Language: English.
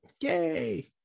yay